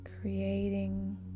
creating